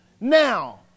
Now